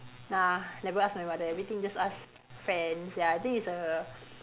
ah never ask my mother everything just ask friends ya I think it's a